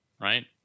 Right